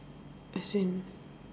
as in